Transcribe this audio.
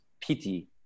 pity